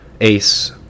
ace